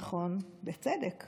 נכון, בצדק.